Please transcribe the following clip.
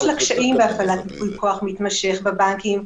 לקשיים בהפעלת ייפוי כוח מתמשך בבנקים,